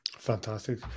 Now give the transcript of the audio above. Fantastic